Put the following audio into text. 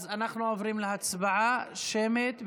אז אנחנו עוברים להצבעה שמית,